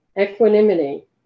Equanimity